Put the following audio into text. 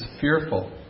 fearful